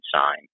sign